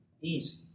easy